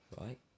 right